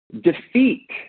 Defeat